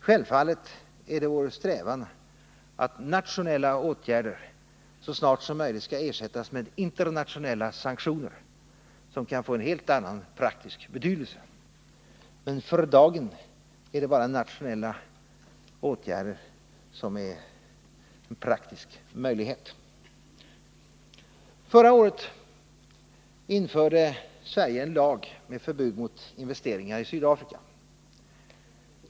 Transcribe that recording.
Självfallet är det vår strävan att nationella åtgärder så snart som möjligt skall ersättas med internationella sanktioner, som kan få en helt annan praktisk betydelse. Men för dagen är bara nationella åtgärder en politisk möjlighet. Förra året införde Sverige en lag med förbud mot investeringar i Sydafrika.